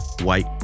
White